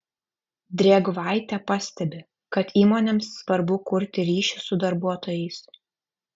drėgvaitė pastebi kad įmonėms svarbu kurti ryšį su darbuotojais